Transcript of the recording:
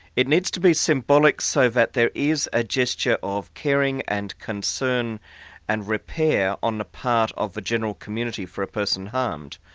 it needs to be symbolic so that there is a gesture of caring and concern and repair on the part of the general community for a person harmed.